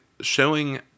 showing